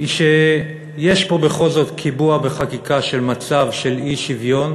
היא שיש פה בכל זאת קיבוע בחקיקה של מצב של אי-שוויון,